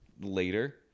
later